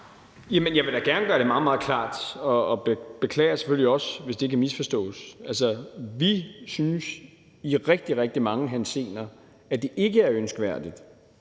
jeg vil da gerne gøre det meget, meget klart, og jeg beklager selvfølgelig også, hvis det kan misforstås. Altså, vi synes i rigtig, rigtig mange henseender, at det ikke er ønskværdigt,